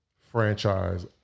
franchise